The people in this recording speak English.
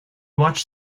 watched